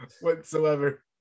whatsoever